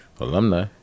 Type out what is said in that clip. Alumni